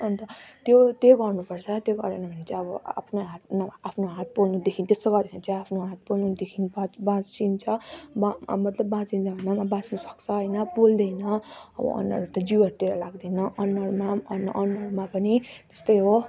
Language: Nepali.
अन्त त्यो त्यो गर्नु पर्छ त्यो गरेन भने चाहिँ अब आफ्नै हात आफ्नो हात पोल्नुदेखि त्यस्तो गर्यो भने चाहिँ आफ्नो हात पोल्नुदेखि बाच बाँचिन्छ अब मतलब बाँचिन्छ भन्दा नि अब बाच्नु सक्छ होइन पोल्दैन अब अनुहारहरू त जिउहरूतिर लाग्दैन अनुहारमा अन अनुहारमा पनि त्यस्तै हो